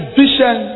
vision